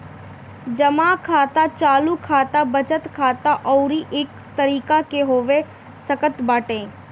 जमा खाता चालू खाता, बचत खाता अउरी कई तरही के हो सकत बाटे